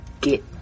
get